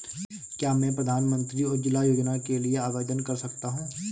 क्या मैं प्रधानमंत्री उज्ज्वला योजना के लिए आवेदन कर सकता हूँ?